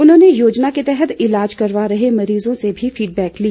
उन्होंने योजना के तहत ईलाज करवा रहे मरीजों से भी फीडबैक ली